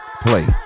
play